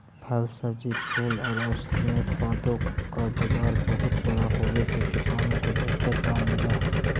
फल, सब्जी, फूल और औषधीय उत्पादों का बाजार बहुत बड़ा होवे से किसानों को बेहतर दाम मिल हई